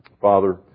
Father